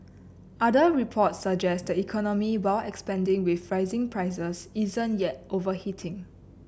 other reports suggest the economy while expanding with rising prices isn't yet overheating